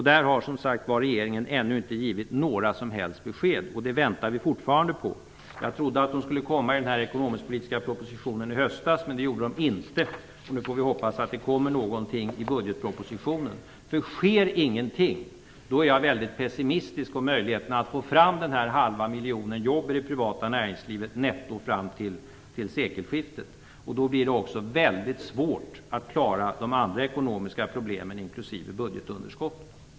Här har som sagt regeringen ännu inte givit några som helst besked. Dessa väntar vi fortfarande på. Jag trodde att de skulle komma i den ekonomisk-politiska propositionen i höstas, men det gjorde de inte. Vi får nu hoppas att några besked kommer i budgetpropositionen. Sker ingenting är jag väldigt pessimistisk när det gäller möjligheterna att till sekelskiftet få fram den här halva miljonen jobb netto i det privata näringslivet, och då blir det också väldigt svårt att klara de andra ekonomiska problemen, inklusive budgetunderskottet.